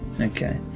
okay